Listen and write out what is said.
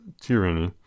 tyranny